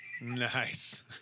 nice